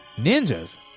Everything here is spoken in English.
Ninjas